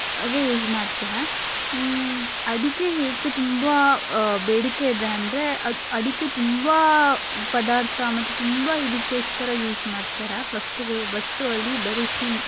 ಆಗಿ ಯೂಸ್ ಮಾಡ್ತಾರೆ ಅಡಿಕೆ ಏಕೆ ತುಂಬ ಬೇಡಿಕೆ ಇದೆ ಅಂದರೆ ಅಡಿಕೆ ತುಂಬ ಪದಾರ್ಥ ಮತ್ತು ತುಂಬ ಇದಕ್ಕೋಸ್ಕರ ಯೂಸ್ ಮಾಡ್ತಾರೆ ವಸ್ತು ವಸ್ತುವಲ್ಲಿ ಬೆರೆಸಿ